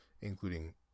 including